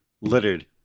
littered